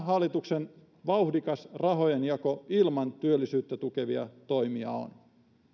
hallituksen vauhdikas rahojen jako ilman työllisyyttä tukevia toimia on